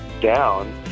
down